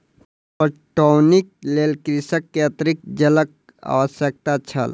पटौनीक लेल कृषक के अतरिक्त जलक आवश्यकता छल